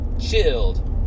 chilled